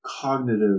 cognitive